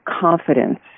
confidence